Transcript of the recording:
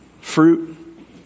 fruit